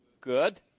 Good